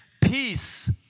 peace